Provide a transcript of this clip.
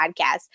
podcast